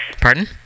Pardon